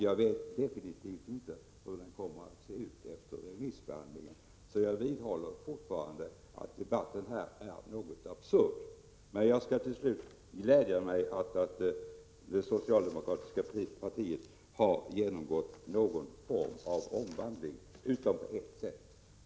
Jag vet definitivt inte hur den kommer att se ut efter remissbehandlingen, Jag vidhåller fortfarande att debatten här är något absurd. Men jag skall till slut glädja mig åt att det socialdemokratiska partiet har genomgått någon form av omvandling, utom på ett sätt.